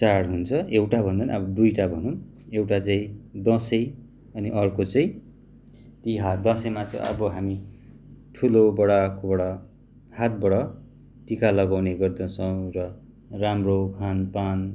चाड हुन्छ एउटा भन्दा पनि अब दुइटा भनौँ एउटा चाहिँ दसैँ अनि अर्को चाहिँ तिहार दसैँमा चाहिँ अब हामी ठुलोबढाकोबाट हातबाट टिका लगाउने गर्दछौँ र राम्रो खानपान